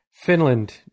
Finland